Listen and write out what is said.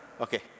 okay